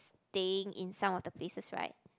staying in some of the places right